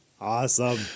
awesome